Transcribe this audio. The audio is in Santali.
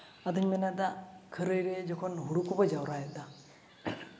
ᱟᱫᱚᱧ ᱢᱮᱱᱮᱫᱟ ᱠᱷᱟᱹᱨᱟᱹᱭ ᱨᱮ ᱡᱚᱠᱷᱚᱱ ᱦᱳᱲᱳ ᱠᱚᱵᱚᱱ ᱡᱟᱶᱨᱟᱭᱮᱫᱟ